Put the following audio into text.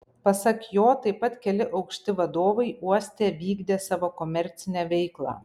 pasak jo taip pat keli aukšti vadovai uoste vykdė savo komercinę veiklą